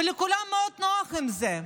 ולכולם מאוד נוח עם זה.